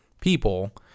people